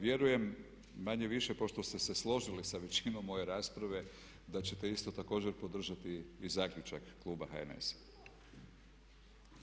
Vjerujem manje-više pošto ste se složili sa većinom moje rasprave da ćete isto također podržati i zaključak kluba HNS-a.